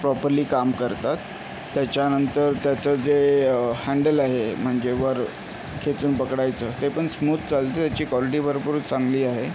properly काम करतात त्याच्यानंतर त्याचं जे हॅण्डल आहे म्हणजे वर खेचून पकडायचं ते पण स्मूथ चालतं त्याची क्वालिटी भरपूर चांगली आहे